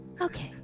Okay